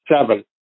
seven